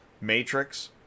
Matrix